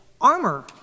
armor